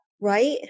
Right